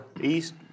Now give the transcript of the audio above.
east